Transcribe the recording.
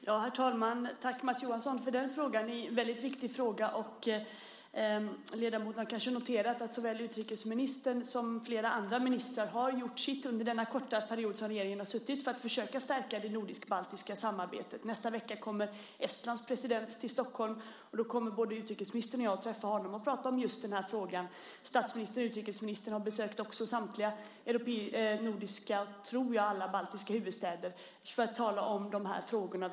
Herr talman! Tack, Mats Johansson för den frågan. Det är en väldigt viktig fråga. Ledamoten har kanske noterat att såväl utrikesministern som flera andra ministrar har gjort sitt under den korta period som regeringen har suttit för att försöka stärka det nordisk-baltiska samarbetet. Nästa vecka kommer Estlands president till Stockholm. Då kommer både utrikesministern och jag att träffa honom och prata om just den här frågan. Statsministern och utrikesministern har besökt samtliga nordiska och, tror jag, baltiska huvudstäder för att tala om de här frågorna.